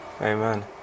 Amen